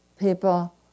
People